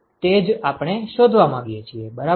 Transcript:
તે જ આપણે શોધવા માગીએ છીએ બરાબર